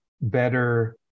better